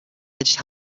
edged